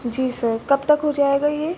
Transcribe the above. जी sir कब तक हो जाएगा यह